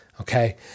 Okay